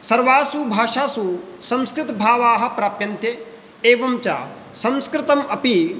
सर्वासु भाषासु संस्कृतभावाः प्राप्यन्ते एवञ्च संस्कृतमपि